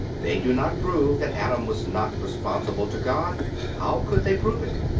they do not prove that adam was not responsible to god how could they prove it?